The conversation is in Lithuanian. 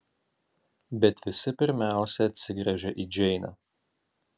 bet visi pirmiausia atsigręžia į džeinę